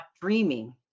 dreaming